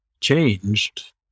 changed